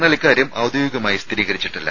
എന്നാൽ ഇക്കാര്യം ഔദ്യോഗികമായി സ്ഥിരീകരിച്ചിട്ടില്ല